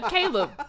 Caleb